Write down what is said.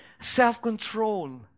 self-control